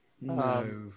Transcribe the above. No